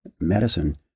medicine